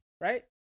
right